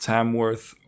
Tamworth